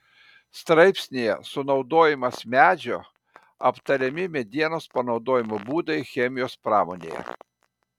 straipsnyje sunaudojimas medžio aptariami medienos panaudojimo būdai chemijos pramonėje